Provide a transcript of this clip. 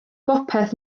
bopeth